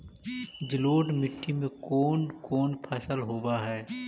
जलोढ़ मट्टी में कोन कोन फसल होब है?